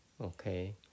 okay